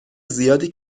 زیادی